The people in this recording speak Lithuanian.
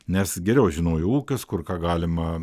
nes geriau žinojo ūkius kur ką galima